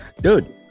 Dude